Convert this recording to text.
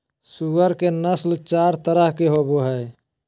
सूअर के नस्ल चार तरह के होवो हइ